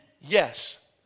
Yes